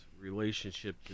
relationship